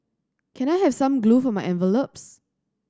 can I have some glue for my envelopes